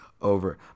Over